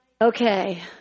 okay